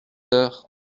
heures